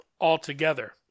altogether